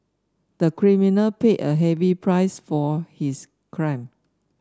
the criminal paid a heavy price for his crime